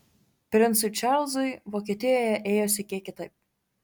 princui čarlzui vokietijoje ėjosi kiek kitaip